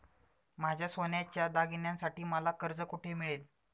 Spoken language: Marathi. माझ्या सोन्याच्या दागिन्यांसाठी मला कर्ज कुठे मिळेल?